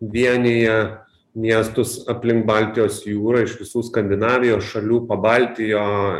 vienija miestus aplink baltijos jūrą iš visų skandinavijos šalių pabaltijo